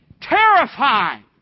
terrifying